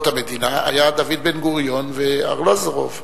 המדינה היו דוד בן-גוריון וארלוזורוב.